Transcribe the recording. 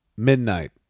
Midnight